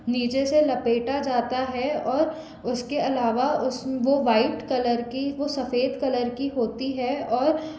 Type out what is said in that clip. निचे से लपेटा जाता है और उसके आलावा उस वो वाइट कलर की वो सफ़ेद कलर की होती हैं और